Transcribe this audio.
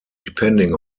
depending